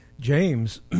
James